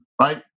right